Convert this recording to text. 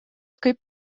kaip